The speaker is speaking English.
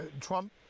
Trump